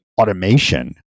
automation